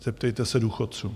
Zeptejte se důchodců.